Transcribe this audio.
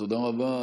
תודה רבה.